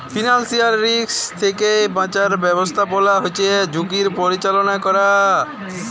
financial risk থ্যাইকে বাঁচার ব্যবস্থাপলা হছে ঝুঁকির পরিচাললা ক্যরে